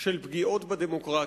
של פגיעות בדמוקרטיה.